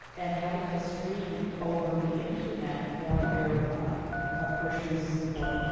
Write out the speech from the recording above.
and having those streamed over the internet for their ah parishioners is important.